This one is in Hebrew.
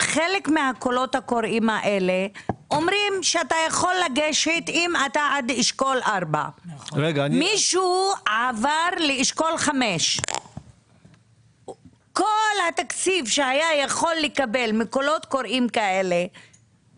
חלק מהקולות הקוראים האלה אומרים שאתה יכול לגשת אם אתה עד אשכול 4. מישהו עבר לאשכול 5. כל התקציב שהיה יכול לקבל מקולות קוראים כאלה,